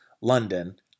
London